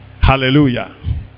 hallelujah